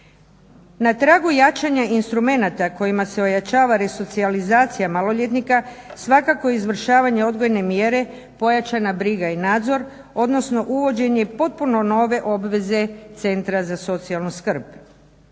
Na tragu jačanja instrumenata kojima se ojačava resocijalizacija maloljetnika svakako je izvršavanje odgojne mjere pojačana briga i nadzor, odnosno uvođenje potpuno nove obveze Centra za socijalnu skrb.